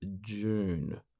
June